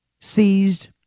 seized